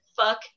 Fuck